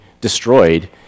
destroyed